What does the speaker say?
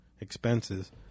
expenses